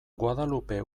guadalupe